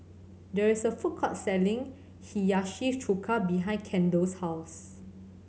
there is a food court selling Hiyashi Chuka behind Kendall's house